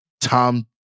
Tom